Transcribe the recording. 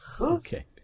Okay